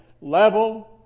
level